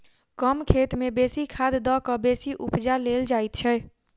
कम खेत मे बेसी खाद द क बेसी उपजा लेल जाइत छै